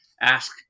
ask